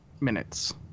minutes